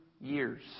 years